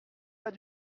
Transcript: pas